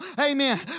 Amen